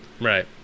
right